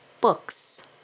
books